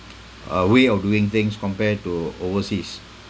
uh way of doing things compared to overseas